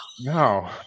no